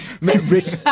Rich